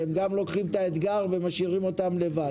שהם גם לוקחים את האתגר וגם משאירים אותם לבד.